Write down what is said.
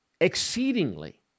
exceedingly